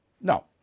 No